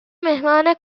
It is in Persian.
مهمان